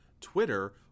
Twitter